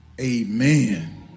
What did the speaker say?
Amen